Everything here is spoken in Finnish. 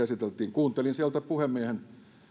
kuuntelin sieltä puhemiehen